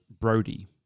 Brody